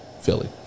Philly